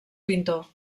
pintor